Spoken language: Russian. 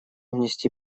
внести